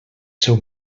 seu